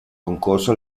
concorso